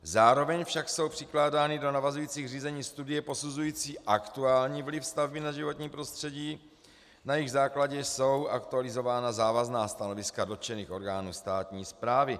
Zároveň však jsou přikládány do navazujících řízení studie posuzující aktuální vliv stavby na životní prostředí, na jejichž základě jsou aktualizována závazná stanoviska dotčených orgánů státní správy.